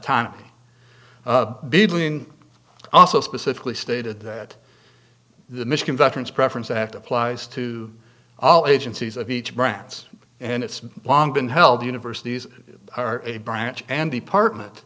time between also specifically stated that the michigan veterans preference act applies to all agencies of each brandt's and it's long been held the universities are a branch and department